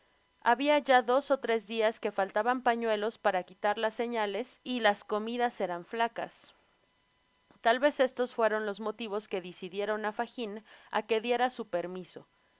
habia ya dos ó tres dias que faltaban pañuelos para quitar las señales y las comidas eran flacas tal vez estos fueron los motivos que dicidieron á fagin á que diera su permiso